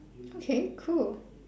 okay cool